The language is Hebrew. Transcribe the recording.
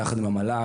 ביחד עם המל"ג,